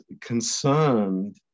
concerned